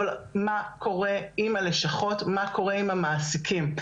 אבל מה קורה עם הלשכות ומה קורה עם המעסיקים?